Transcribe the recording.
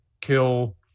kill